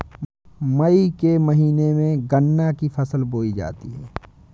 मई के महीने में गन्ना की फसल बोई जाती है